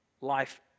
life